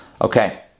Okay